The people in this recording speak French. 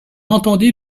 entendit